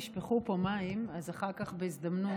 נשפכו פה מים, אז אחר כך, בהזדמנות,